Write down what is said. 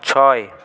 ছয়